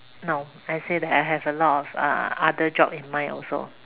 no I say that I have a lot of uh other job in mind also